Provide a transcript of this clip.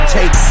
Take